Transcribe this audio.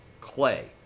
Clay